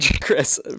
Chris